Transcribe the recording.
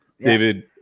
David